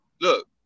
Look